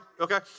okay